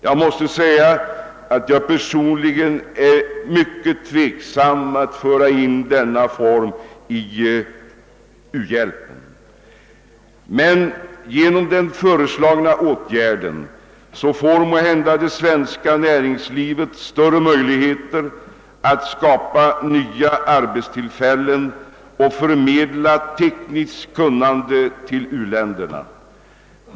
Jag är personligen mycket tveksam inför denna form av u-hjälp, men genom den föreslagna åtgärden får måhända det svenska näringslivet större möjligheter att skapa nya arbetstillfällen och förmedla tekniskt kunnande till u-länderna.